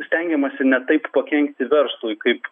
stengiamasi ne taip pakenkti verslui kaip